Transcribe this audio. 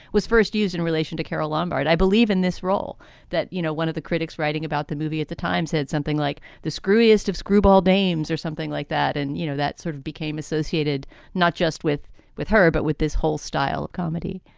was first used in relation to carole lombard. i believe in this role that, you know, one of the critics writing about the movie at the time said something like the screwiest of screwball dames or something like that. and, you know, that sort of became associated not just with with her, but with this whole style of comedy